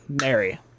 Mary